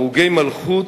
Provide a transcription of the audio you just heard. הרוגי מלכות,